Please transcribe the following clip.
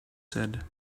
said